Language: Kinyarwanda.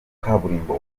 kaburimbo